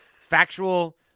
factual